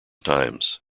times